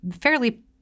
fairly